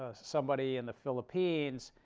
ah somebody in the philippines.